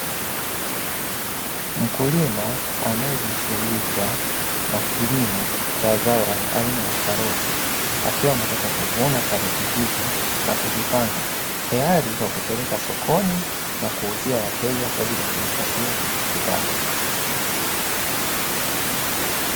Mkulima anayejishughulisha na kilimo cha zao aina ya karoti, akiwa ametoka kuvuna karoti hizo na kuzipanga tayari kwa kuzipeleka sokoni na kuuzia wateja kwa ajili ya kujipatia kipato.